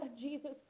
Jesus